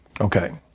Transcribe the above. Okay